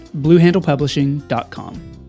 bluehandlepublishing.com